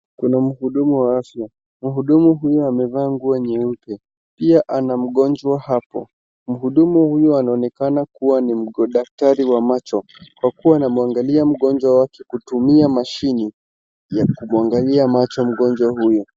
Kuna mhudumu wa afya, mhudumu huyu amevaa nguo nyeupe pia ana mgonjwa hapo. Mhudumu huyu anaonekana kuwa ni daktari wa macho kwa kuwa anamwangalia mgonjwa wake kutumia mashine ya kumwangalia macho mgonjwa huyo.